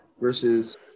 versus